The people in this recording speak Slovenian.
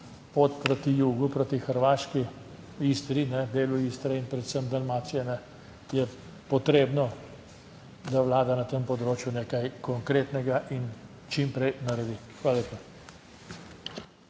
proti jugu, proti hrvaški Istri, delu Istre in predvsem Dalmacije, je potrebno, da Vlada na tem področju nekaj konkretnega in čim prej naredi, Hvala lepa.